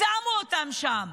שמו אותם שם,